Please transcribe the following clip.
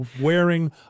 wearing